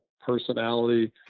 personality